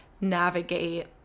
navigate